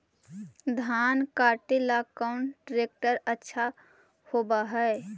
धान कटे ला कौन ट्रैक्टर अच्छा होबा है?